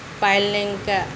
Payal Lenka